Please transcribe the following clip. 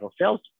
sales